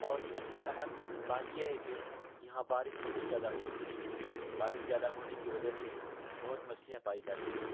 اور سب سے اہم بات یہ ہے کہ یہاں بارش بہت زیادہ ہوتی ہے بارش زیادہ ہونے کی وجہ سے بہت مچھلیاں پائی جاتی ہیں